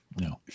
No